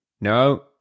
no